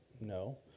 No